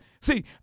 See